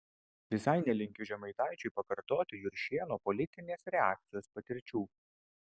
visai nelinkiu žemaitaičiui pakartoti juršėno politinės reakcijos patirčių